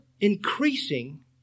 increasing